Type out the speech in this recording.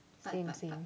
same same